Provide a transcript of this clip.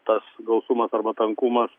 tas gausumas arba tankumas